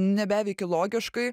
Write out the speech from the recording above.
nebeveiki logiškai